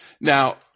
Now